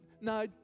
No